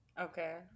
Okay